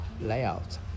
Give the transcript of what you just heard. Layout